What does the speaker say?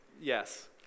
Yes